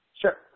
Sure